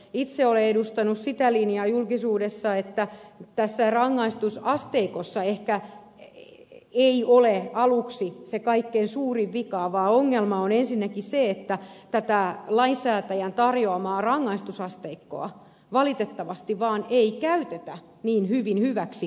itse olen edustanut sitä linjaa julkisuudessa että tässä rangaistusasteikossa ehkä ei ole aluksi se kaikkein suurin vika vaan ongelma on ensinnäkin se että tätä lainsäätäjän tarjoamaa rangaistusasteikkoa valitettavasti ei vaan käytetä niin hyvin hyväksi kuin pitäisi